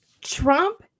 Trump